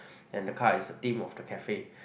and the car is the theme of the cafe